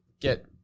get